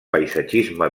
paisatgisme